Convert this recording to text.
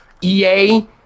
EA